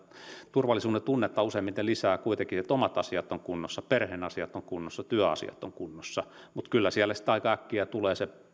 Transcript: turvallisuudentunnetta useimmiten lisää kuitenkin että omat asiat ovat kunnossa perheen asiat ovat kunnossa työasiat ovat kunnossa mutta kyllä siellä sitten aika äkkiä tulee se